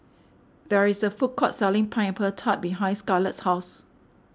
there is a food court selling Pineapple Tart behind Scarlett's house